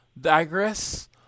digress